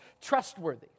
trustworthy